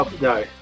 no